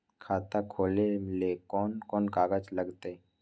खाता खोले ले कौन कौन कागज लगतै?